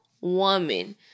woman